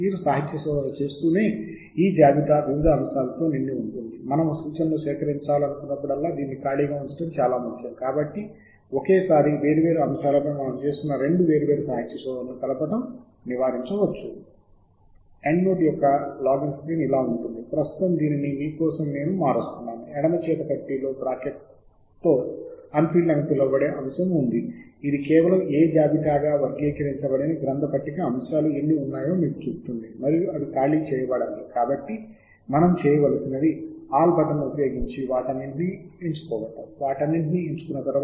వాస్తవానికి వ్యాస శీర్షిక అబ్స్ట్రాక్ట్ కీలకపదాలు అన్నీ కలిపి ఎన్నుకోండి మరియు వాటి కోసం శోధించండి అందులోని కీలక పదాల సమితి లేదా మీరు వాటి రచయితలు మొదటి రచయితలు మూల శీర్షిక ఆర్టికల్ శీర్షిక వియుక్త కీలకపదాలు అనుబంధ పేరు మొదలైనవి మీరు ఎంచుకోగలరు